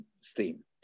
steam